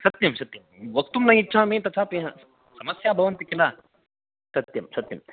सत्यं सत्यं वक्तुं न इच्छामि तथापि समस्याः भवन्ति खिल सत्यं सत्यं